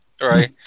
right